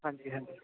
ਹਾਂਜੀ ਹਾਂਜੀ